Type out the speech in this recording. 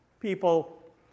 people